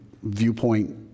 Viewpoint